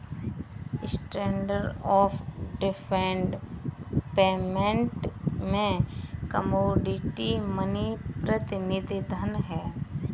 standard of deferred payment में commodity money प्रतिनिधि धन हैं